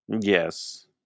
Yes